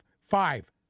Five